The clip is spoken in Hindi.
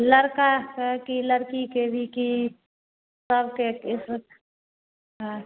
लड़का का कि लड़की के भी कि सबके किस हाँ